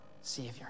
Savior